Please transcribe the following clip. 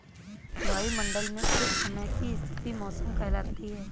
वायुमंडल मे कुछ समय की स्थिति मौसम कहलाती है